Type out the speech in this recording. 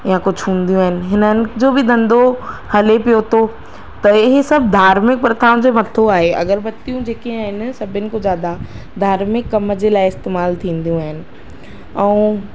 या कुझु हूंदियूं आहिनि हिननि जो बि धंधो हले पियो थो थिए सभु धार्मिक प्रथाउनि जे मथा आहे अगरबतियूं जेके आहिनि सभिनि खां ज़्यादा धार्मिक कम जे लाइ इस्तेमाल थींदियूं आहिनि ऐं